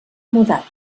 mudat